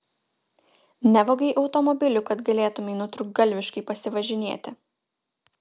nevogei automobilių kad galėtumei nutrūktgalviškai pasivažinėti